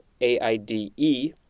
A-I-D-E